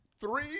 three